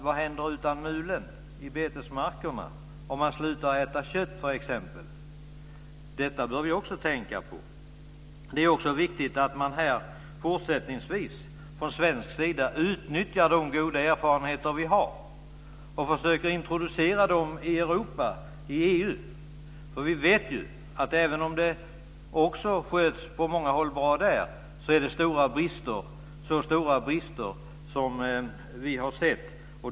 Vad händer i betesmarkerna utan mulen, om man slutar äta kött t.ex.? Det bör vi också tänka på. Det är också viktigt att man fortsättningsvis från svensk sida utnyttjar de goda erfarenheter vi har och försöker introducera dem i Europa, i EU. Vi vet att det, även om det sköts bra på många håll, finns stora brister.